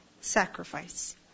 sacrifice